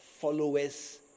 followers